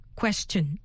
question